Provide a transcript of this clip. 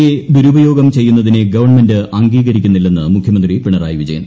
A ദുരുപയോഗം ചെയ്യുന്നതിനെ government അംഗീകരിക്കുന്നില്ലെന്ന് മുഖ്യമന്ത്രി പിണറായി വിജയൻ